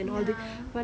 ya